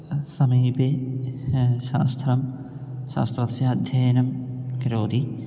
समीपे शास्त्रं शास्त्रस्य अध्ययनं करोति